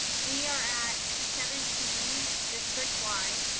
we are at seventeen district-wide.